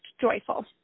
joyful